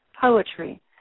Poetry